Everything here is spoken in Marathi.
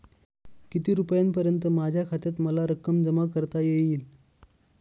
किती रुपयांपर्यंत माझ्या खात्यात मला रक्कम जमा करता येईल?